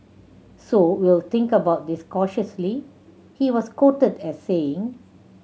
so we'll think about this cautiously he was quoted as saying